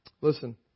Listen